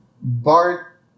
Bart